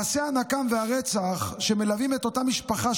מעשה הנקם והרצח שמלווים את אותה משפחה,